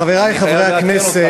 חברי חברי הכנסת,